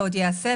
ועוד יעשה.